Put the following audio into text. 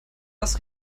das